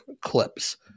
clips